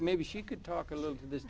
maybe she could talk a little to th